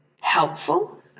helpful